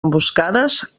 emboscades